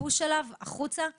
עליו פוש החוצה,